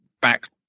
back